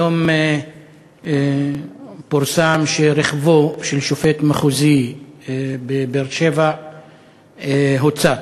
היום פורסם שרכבו של שופט מחוזי בבאר-שבע הוצת,